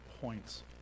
points